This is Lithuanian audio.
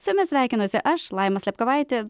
su jumis sveikinuosi aš laima slepkovaitė